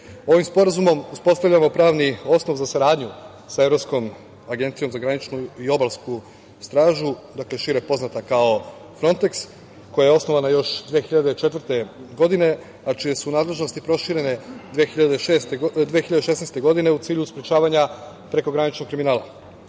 Sporazumom uspostavljamo pravni osnov za saradnju sa Evropskom agencijom za graničnu i obalsku stražu, dakle šire poznata kao „Fronteks“ koja je osnovana još 2004. godine, a čije su nadležnosti proširene 2016. godine u cilju sprečavanja prekograničnog kriminala. Glavni